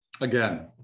Again